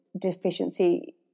deficiency